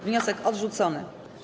Wniosek odrzucony.